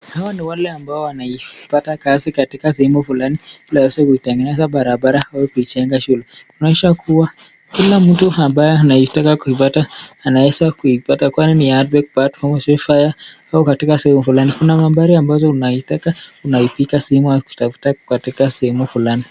Hawa ni wale ambao wanaipata kazi katika sehemu fulani kutengeneza barabara, na kugenga shule, inaonyesha kuwa kila mtu ambaye anaitaka kuipata anaeza kuipata kwani ni kupata au katika sehemu fulani, kuna baadhi ambayo, unaitaka unaipiga simu wakutafutie kazi katika sehemu fulani.